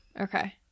Okay